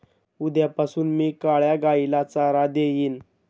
उद्यापासून मी काळ्या गाईला चारा देईन